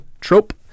trope